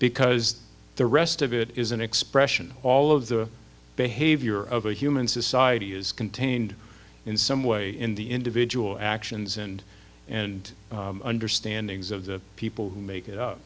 because the rest of it is an expression all of the behavior of a human society is contained in some way in the individual actions and and understandings of the people